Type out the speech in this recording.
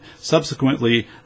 subsequently